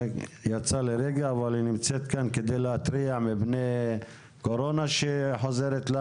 כדי להתריע מפני קורונה שחוזרת.